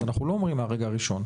אז אנחנו לא אומרים מהרגע הראשון,